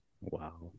Wow